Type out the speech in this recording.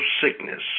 sickness